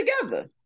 together